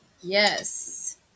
Yes